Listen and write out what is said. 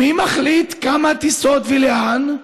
מי מחליט כמה טיסות ולאן?